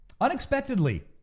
Unexpectedly